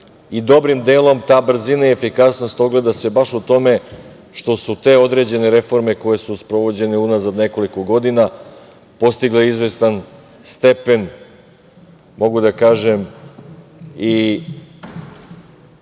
Dobrim delom ta brzina i efikasnost ogleda se baš u tome što su te određene reforme koje su sprovođene unazad nekoliko godina postigle izvestan stepen, mogu da kažem, i